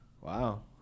Wow